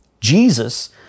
Jesus